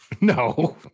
no